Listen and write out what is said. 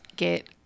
get